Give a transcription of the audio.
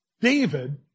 David